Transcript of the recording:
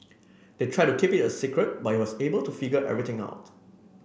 they tried to keep it a secret but he was able to figure everything out